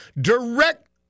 direct